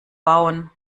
bauen